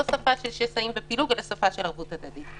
לא שפה של שסעים ופילוג אלא שפה של ערבות הדדית.